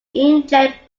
inkjet